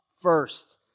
first